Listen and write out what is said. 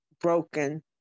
broken